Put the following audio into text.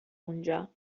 اونجا